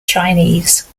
chinese